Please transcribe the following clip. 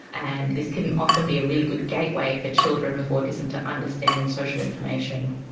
and this can often be a really good gateway for children with autism to understand social information.